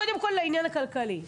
קודם כול העניין הכלכלי.